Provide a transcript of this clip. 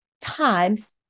times